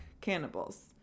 Cannibals